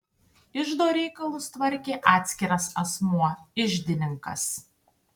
iždo reikalus tvarkė atskiras asmuo iždininkas